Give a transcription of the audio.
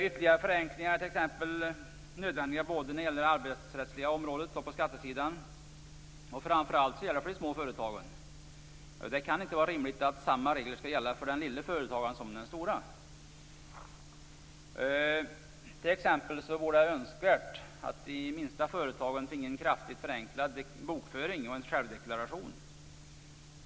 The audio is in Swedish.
Ytterligare förenklingar är t.ex. nödvändiga både på det arbetsrättsliga området och på skattesidan. Framför allt gäller detta för de små företagen. Det kan inte vara rimligt att samma regler skall gälla för den lilla företagaren som för den stora. T.ex. vore det önskvärt att de minsta företagen fick en kraftigt förenklad bokföring och självdeklaration.